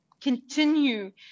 continue